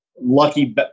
lucky